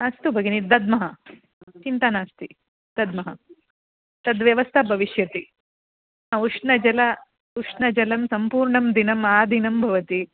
अस्तु भगिनि दद्मः चिन्ता नास्ति दद्मः तद्व्यवस्था भविष्यति उष्णजलम् उष्णजलं सम्पूर्णं दिनम् आदिनं भवति